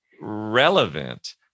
relevant